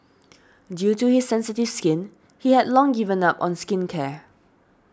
due to his sensitive skin he had long given up on skincare